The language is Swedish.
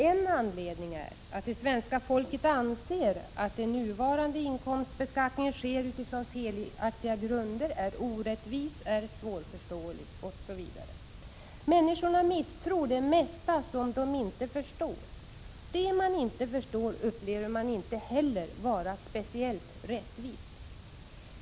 En anledning är att det svenska folket anser att nuvarande inkomstbeskattning sker utifrån felaktiga grunder, att den är orättvis, svårförståelig osv. Människorna misstror det mesta som de inte förstår. Det man inte förstår upplever man inte heller vara speciellt rättvist.